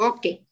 Okay